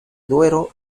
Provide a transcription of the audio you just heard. duero